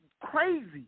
crazy